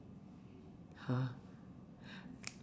ha